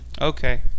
Okay